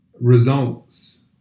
results